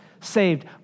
saved